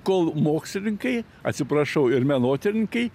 kol mokslininkai atsiprašau ir menotyrininkai